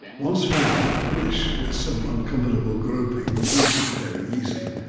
once found, which with some uncomfortable groping was usually fairly easy,